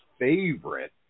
favorite